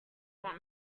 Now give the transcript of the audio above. want